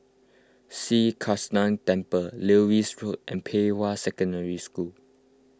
Sri Krishnan Temple Lewis Road and Pei Hwa Secondary School